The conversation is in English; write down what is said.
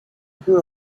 her